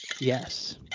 Yes